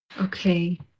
Okay